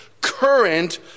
current